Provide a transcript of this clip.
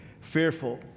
fearful